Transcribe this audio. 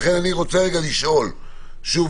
לכן אני רוצה רגע לשאול שוב,